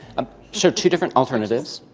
um so two different alternatives.